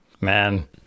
Man